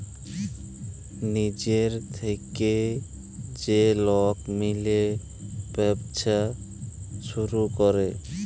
লিজের থ্যাইকে যে লক মিলে ব্যবছা ছুরু ক্যরে